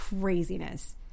craziness